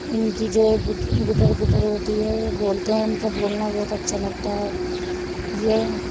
ان کی جو یہ گٹر گٹر ہوتی ہے بولتے ہیں ان کا بولنا بہت اچھا لگتا ہے یہ